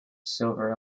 silver